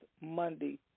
Monday